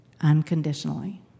unconditionally